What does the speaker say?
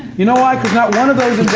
you know why? because not one of those